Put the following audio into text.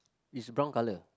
it's brown colour